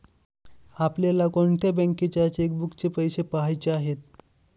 आपल्याला कोणत्या बँकेच्या चेकबुकचे पैसे पहायचे आहे?